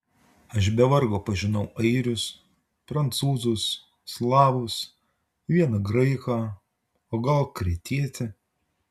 aš be vargo pažinau airius prancūzus slavus vieną graiką o gal kretietį